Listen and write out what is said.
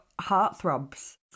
heartthrobs